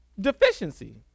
deficiency